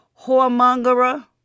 whoremongerer